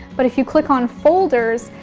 but if you click on folders,